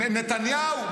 נתניהו?